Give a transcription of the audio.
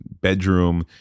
bedroom